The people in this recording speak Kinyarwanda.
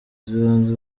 z’ibanze